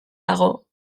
dago